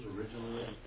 originally